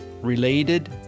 related